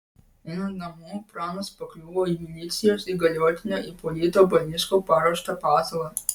einant namo pranas pakliuvo į milicijos įgaliotinio ipolito balinsko paruoštą pasalą